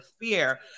fear